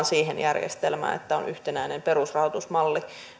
siihen järjestelmään että yliopistoille tulee yhtenäinen perusrahoitusmalli